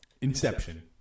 Inception